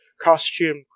costume